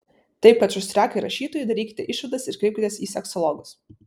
taip kad šustriakai rašytojai darykite išvadas ir kreipkitės į seksologus